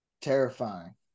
terrifying